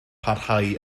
parhau